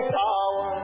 power